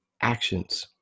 actions